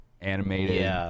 animated